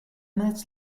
minutes